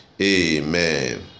Amen